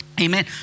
Amen